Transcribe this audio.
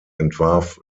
entwarf